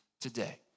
today